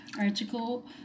Article